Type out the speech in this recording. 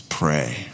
pray